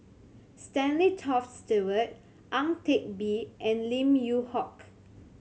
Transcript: Stanley Toft Stewart Ang Teck Bee and Lim Yew Hock